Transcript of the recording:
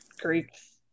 Greeks